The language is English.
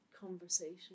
conversation